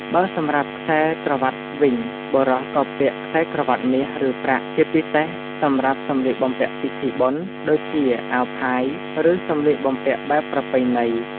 បើសម្រាប់ខ្សែក្រវាត់វិញបុរសក៏ពាក់ ខ្សែក្រវាត់មាស ឬប្រាក់ ជាពិសេសសម្រាប់ សម្លៀកបំពាក់ពិធីបុណ្យ ដូចជាអាវផាយ ឬសម្លៀកបំពាក់បែបប្រពៃណី។